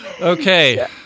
Okay